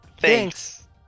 Thanks